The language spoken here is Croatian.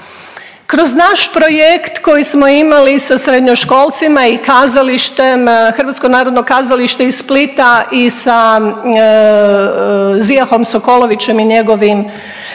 Kroz naš projekt koji smo imali sa srednjoškolcima i kazalištem, Hrvatsko narodno kazalište iz Splita i sa Zijahom Sokolovićem i njegovom